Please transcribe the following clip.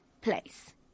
place